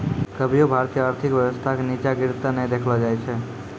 कभियो भारतीय आर्थिक व्यवस्था के नींचा गिरते नै देखलो जाय छै